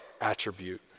attribute